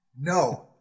No